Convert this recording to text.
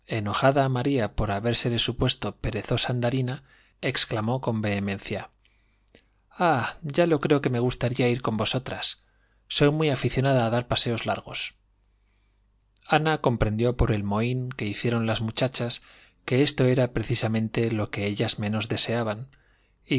enojada maría por habérsele supuesto perezosa andarina exclamó con vehemencia ah ya lo creo que me gustaría ir con vosotras soy muy aficionada a dar paseos largos ana comprendió por el mohín que hicieron las muchachas que esto era precisamente lo que ellas menos deseaban